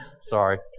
sorry